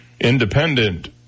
Independent